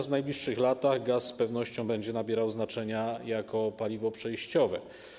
W najbliższych latach natomiast gaz z pewnością będzie nabierał znaczenia jako paliwo przejściowe.